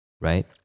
right